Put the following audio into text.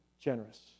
generous